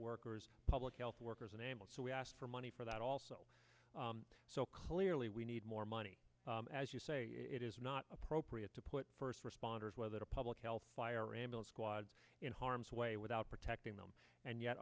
workers public health workers unable so we asked for money for that also so clearly we need more money as you say it is not appropriate to put first responders whether public health fire or ambulance squads in harm's way without protecting them and yet